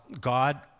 God